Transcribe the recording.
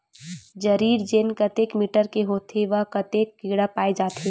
जरीब चेन कतेक मीटर के होथे व कतेक कडी पाए जाथे?